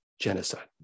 genocide